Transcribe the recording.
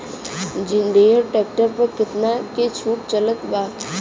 जंडियर tractor पर कितना के छूट चलत बा?